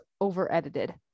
over-edited